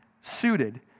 suited